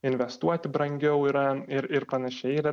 investuoti brangiau yra ir ir panašiai yra